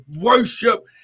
worship